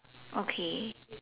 okay